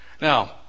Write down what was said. now